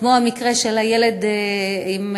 כמו במקרה של הילד החירש,